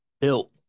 built